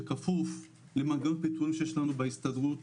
שכפוף --- שיש לנו בהסתדרות.